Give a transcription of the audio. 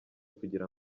kugira